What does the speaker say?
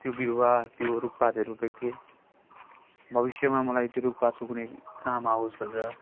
त्यो बिरुवा त्यो रुखपातहरू रोपेको थिएँ भविष्यमा मलाई त्यो रुखपातको कुनै काम आवोस् भनेर